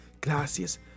Gracias